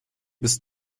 bis